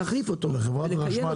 להחליף אותו ולכייל אותו.